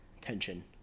tension